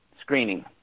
screening